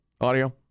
audio